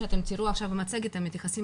הנתונים שתראו עכשיו במצגת מתייחסים